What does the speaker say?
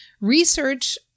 research